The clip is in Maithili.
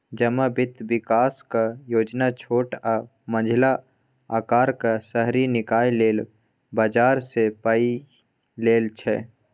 जमा बित्त बिकासक योजना छोट आ मँझिला अकारक शहरी निकाय लेल बजारसँ पाइ लेल छै